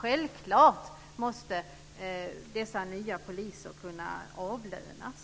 Självklart måste dessa nya poliser kunna avlönas.